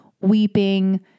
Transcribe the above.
weeping